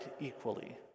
equally